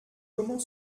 comment